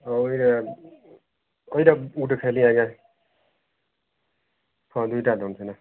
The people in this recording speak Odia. ହଉ ଇଏ ଏଇଟା ଗୁଟେ ଖାଇଲି ଆଜ୍ଞା ପନିର୍ଟା ଦିଅନ୍ତୁନି